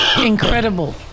Incredible